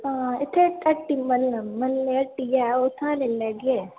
हां इत्थै हट्टी म्हल्लै म्हल्लै हट्टी ऐ उत्थुआं दा गै लेई लैगे